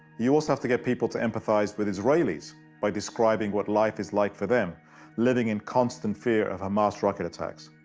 you also have to get people to empathize with israelis by describing what life is like for them living in constant fear of hamas rocket attacks.